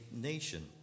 nation